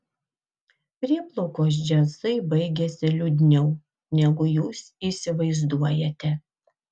prieplaukos džiazai baigiasi liūdniau negu jūs įsivaizduojate